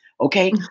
Okay